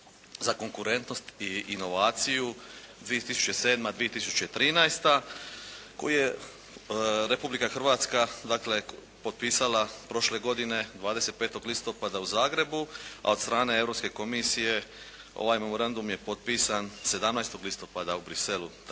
za konkurentnost i inovaciju 2007.-2013. koji je Republika Hrvatska dakle potpisala prošle godine 25. listopada u Zagrebu a od strane Europske komisije ovaj memorandum je potpisan 17. listopada u Bruxellesu